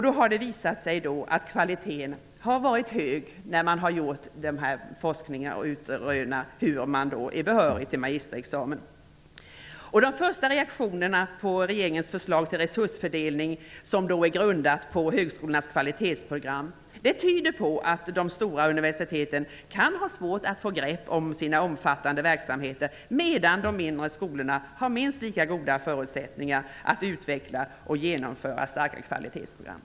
Det har visat sig att kvaliteten har varit hög när det har gjorts efterforskningar för att utröna om den studerande varit behörig för magisterexamen. De första reaktionerna på regeringens förslag till resursfördelning, som är grundat på högskolornas kvalitetsprogram, tyder på att de stora universiteten kan ha svårt att få grepp om sina omfattande verksamheter. De mindre skolorna har minst lika goda förutsättningar att utveckla och genomföra starka kvalitetsprogram.